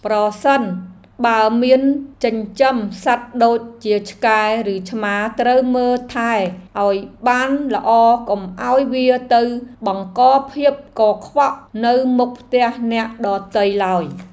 ប្រសិនបើមានចិញ្ចឹមសត្វដូចជាឆ្កែឬឆ្មាត្រូវមើលថែឱ្យបានល្អកុំឱ្យវាទៅបង្កភាពកខ្វក់នៅមុខផ្ទះអ្នកដទៃឡើយ។